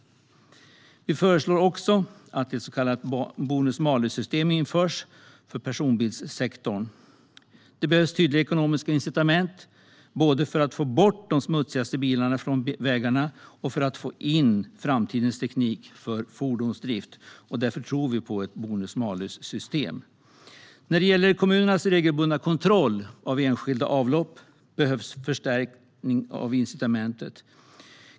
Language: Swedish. Vi föreslår också att ett så kallat bonus-malus-system införs för personbilssektorn. Det behövs tydliga ekonomiska incitament både för att få bort de smutsigaste bilarna från vägarna och för att få in framtidens teknik för fordonsdrift. Därför tror vi på ett bonus-malus-system. När det gäller kommunernas regelbundna kontroll av enskilda avlopp behövs det förstärkta incitament.